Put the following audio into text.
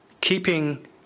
keeping